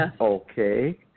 okay